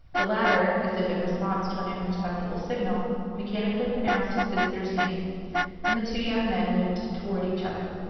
the latter, as if in response to an imperceptible signal, mechanically pronounced his visitor's name and the two young men moved toward each other.